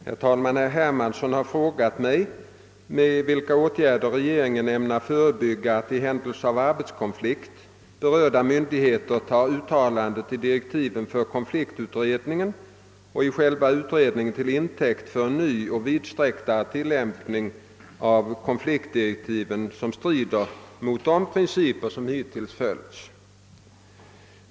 Herr talman! Herr Hermansson har frågat mig med vilka åtgärder regeringen ämnar förebygga att, i händelse av arbetskonflikt, berörda myndigheter tar uttalanden i direktiven för konfliktdirektivutredningen och i själva utredningen till intäkt för en ny och vidsträcktare tillämpning av konfliktdirektiven, som strider mot de principer som hittills följts.